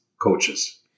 coaches